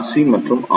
C மற்றும் R